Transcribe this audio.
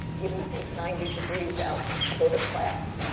even if it was ninety degrees out, and go to class.